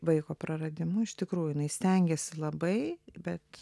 vaiko praradimu iš tikrųjų jinai stengėsi labai bet